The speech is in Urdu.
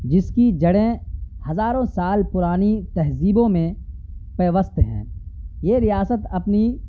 جس کی جڑیں ہزاروں سال پرانی تہذیبوں میں پیوست ہیں یہ ریاست اپنی